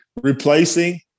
replacing